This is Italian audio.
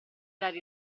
dare